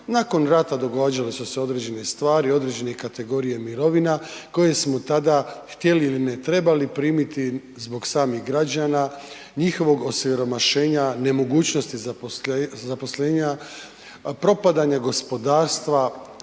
Nakon rata događale su se određene stvari, određene kategorije mirovina koje smo tada htjeli ili ne trebali primiti zbog samih građana, njihovog osiromašenja, nemogućnosti zaposlenja, propadanja gospodarstva,